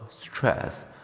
stress